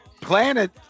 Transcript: Planet